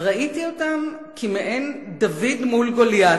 וראיתי אותם כמעין דוד מול גוליית,